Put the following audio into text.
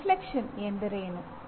ಚಿಂತನ ಶಕ್ತಿ ಎಂದರೇನು